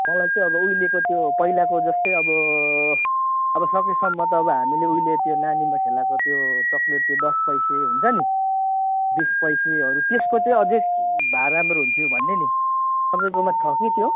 मलाई चाहिँ अब उहिलेको त्यो पहिलेको जस्तै अब अब सकेसम्म त अब हामीले उहिले त्यो नानीमा खेलाएको त्यो चक्लेटको दस पैसे हुन्छ नि बिस पैसेहरू त्यसको चाहिँ अझै भए राम्रो हुन् थियो भन्ने नि तपाईँकोमा छ कि त्यो